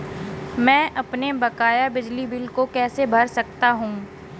मैं अपने बकाया बिजली बिल को कैसे भर सकता हूँ?